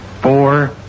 four